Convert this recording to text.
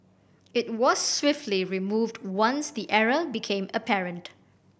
it was swiftly removed once the error became apparent